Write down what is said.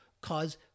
cause